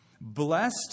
Blessed